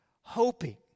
hoping